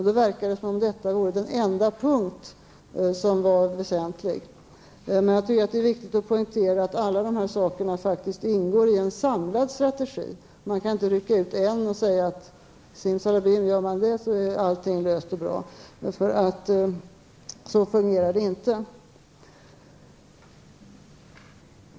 Då verkar det som om detta vore den enda punkt som var väsentlig. Det är viktigt att poängtera att alla dessa saker faktiskt ingår i en samlad strategi. Man kan inte rycka ut en och säga: Simsalabim, gör man så är allting löst och bra. Så fungerar det inte.